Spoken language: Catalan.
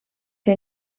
que